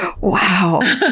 Wow